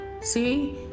See